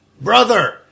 Brother